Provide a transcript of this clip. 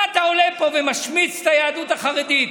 מה אתה עולה לפה ומשמיץ את היהדות החרדית?